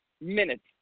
minutes